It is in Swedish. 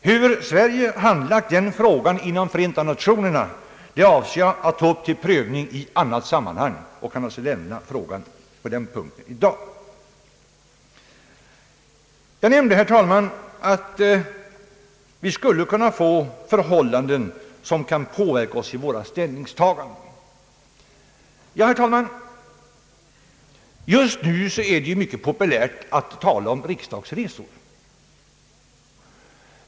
Hur Sverige handlagt den frågan inom Förenta nationerna avser jag att ta upp till prövning i annat sammanhang och kan alltså lämna frågan på den punkten i dag. Jag nämnde, herr talman, att vi skulle kunna få förhållanden som kan påverka oss i våra ställningstaganden. Just nu är det mycket populärt att tala om riksdagsresor.